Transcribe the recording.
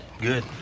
Good